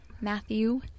Matthew